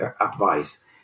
advice